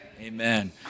Amen